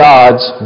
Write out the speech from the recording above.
God's